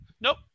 Nope